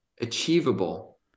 achievable